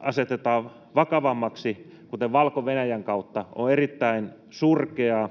asetetaan vakavammaksi, kuten Valko-Venäjän kautta. On erittäin surkeaa